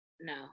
No